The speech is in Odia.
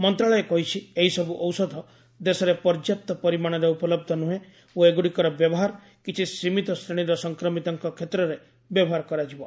ମନ୍ତ୍ରଣାଳୟ କହିଛି ଏହିସବୁ ଔଷଧ ଦେଶରେ ପର୍ଯ୍ୟାପ୍ତ ପରିମାଣରେ ଉପଲବ୍ଧ ନୁହେଁ ଓ ଏଗୁଡ଼ିକର ବ୍ୟବହାର କିଛି ସୀମିତ ଶ୍ରେଣୀର ସଂକ୍ରମିତଙ୍କ କ୍ଷେତ୍ରରେ ବ୍ୟବହାର କରାଯିବ